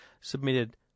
submitted